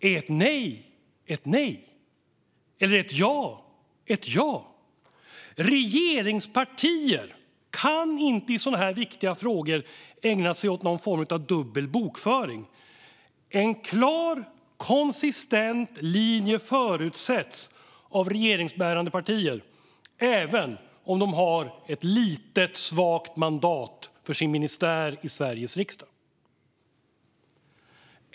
Är ett nej ett nej eller ett ja ett ja? Regeringspartier kan inte i sådana här viktiga frågor ägna sig åt någon form av dubbel bokföring. En klar, konsistent linje förutsätts av regeringsbärande partier även om de har ett svagt mandat för sin ministär i Sveriges riksdag.